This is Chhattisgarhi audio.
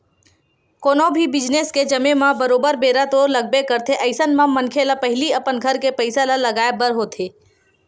कोनो भी बिजनेस के जमें म बरोबर बेरा तो लगबे करथे अइसन म मनखे ल पहिली अपन घर के पइसा लगाय बर होथे